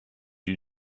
you